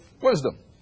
Wisdom